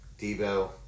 Debo